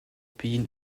pays